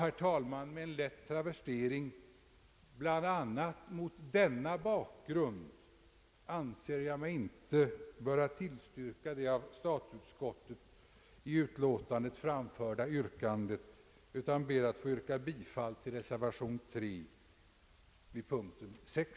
Herr talman! Med en lätt travestering: Bl. a. mot denna bakgrund anser jag mig inte böra tillstyrka det av statsutskottet i utlåtandet framförda yrkandet, utan ber att få yrka bifall till reservationen vid punkten 6.